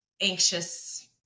anxious